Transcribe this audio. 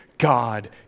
God